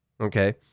Okay